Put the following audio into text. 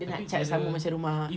dia nak charge sama rumah